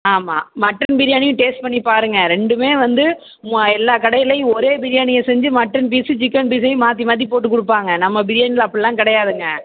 ஆமாம் மட்டன் பிரியாணியையும் டேஸ்ட் பண்ணி பாருங்கள் ரெண்டுமே வந்து எல்லா கடையிலேயும் ஒரே பிரியாணி செஞ்சு மட்டன் பீஸு சிக்கன் பீஸையும் மாற்றி மாற்றி போட்டு கொடுப்பாங்க நம்ம பிரியாணியில் அப்படில்லாம் கிடையாதுங்க